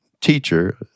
teacher